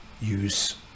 use